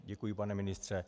Děkuji, pane ministře.